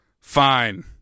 Fine